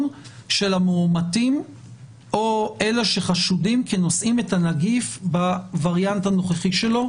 של המאומתים או אלה שחשודים כנושאים את הנגיף בווריאנט הנוכחי שלו,